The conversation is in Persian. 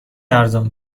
ارزان